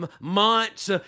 months